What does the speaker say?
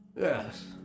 Yes